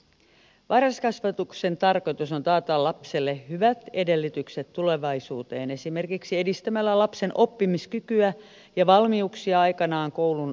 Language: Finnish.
varhaiskasvatuksen tarkoitus on taata lapselle hyvät edellytykset tulevaisuuteen esimerkiksi edistämällä lapsen oppimiskykyä ja valmiuksia aikanaan koulun aloittamiseen